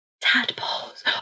Tadpoles